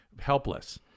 helpless